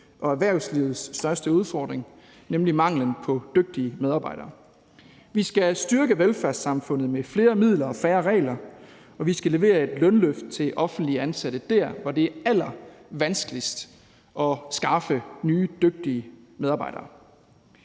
og erhvervslivets største udfordring, nemlig manglen på dygtige medarbejdere. Vi skal styrke velfærdssamfundet med flere midler og færre regler, og vi skal levere et lønløft til offentligt ansatte der, hvor det er vanskeligst at skaffe nye dygtige medarbejdere.